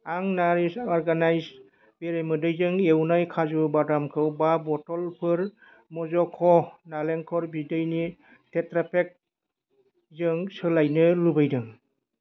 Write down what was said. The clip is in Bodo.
आं नारिश अरगानायस बेरेमोदैजों एवनाय काजु बादामखौ बा बथ'लफोर मज'क' नारेंखल बिदैनि टेट्रापेक जों सोलायनो लुबैदों